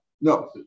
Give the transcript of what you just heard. No